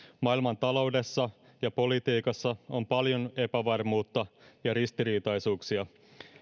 maailmantaloudessa ja politiikassa on paljon epävarmuutta ja ristiriitaisuuksia